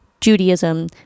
Judaism